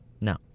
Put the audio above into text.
No